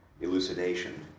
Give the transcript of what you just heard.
elucidation